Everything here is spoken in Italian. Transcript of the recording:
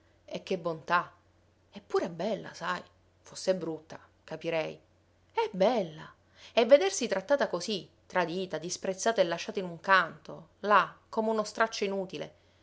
e che bontà è pure bella sai fosse brutta capirei è bella e vedersi trattata così tradita disprezzata e lasciata in un canto là come uno straccio inutile